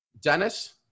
Dennis